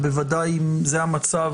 ואם זה המצב